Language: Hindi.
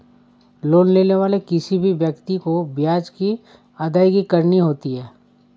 लोन लेने वाले किसी भी व्यक्ति को ब्याज की अदायगी करनी होती है